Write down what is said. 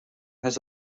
his